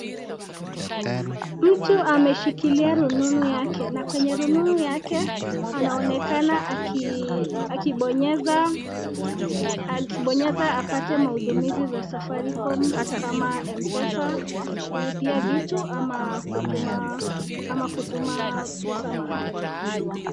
Mtu ameshikilia rununu yake na kwenye rununu yake anaonekana akibonyeza apate mahudumizi za Safaricom kama Mpesa, kulipia vitu ama kutuma pesa mahali.